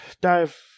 dive